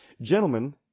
Gentlemen